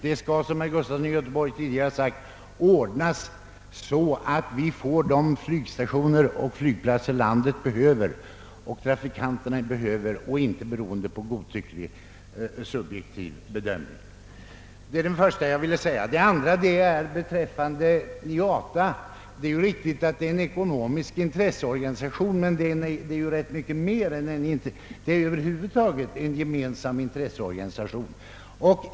Det skall, som herr Gustafson i Göteborg tidigare sagt, ordnas med de flygstationer och flygplatser som landet och trafikanterna behöver. Denna fråga skall inte vara beroende av en godtycklig subjektiv bedömning. Det är riktigt att IATA är en ekonomisk intresseorganisation, men den är mycket mer än det. Det är en allmän intresseorganisation.